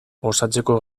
osatzeko